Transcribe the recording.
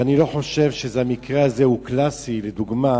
ואני לא חושב שהמקרה הזה הוא קלאסי לדוגמה